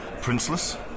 Princeless